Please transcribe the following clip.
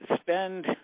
spend